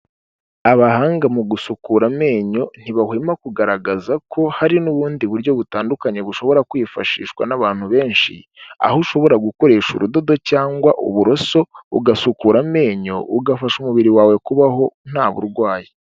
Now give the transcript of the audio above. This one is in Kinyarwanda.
Abahanga mu gusukura amenyo, ntibahwema kugaragaza ko hari n'ubundi buryo butandukanye bushobora kwifashishwa n'abantu benshi, aho ushobora gukoresha urudodo cyangwa uburoso, ugasukura amenyo, ugafasha umubiri wawe kubaho nta burwayi.